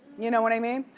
you know what i mean?